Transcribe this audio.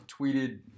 tweeted